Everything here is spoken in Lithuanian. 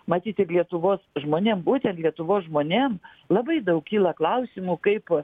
matyt ir lietuvos žmonėm būtent lietuvos žmonėm labai daug kyla klausimų kaip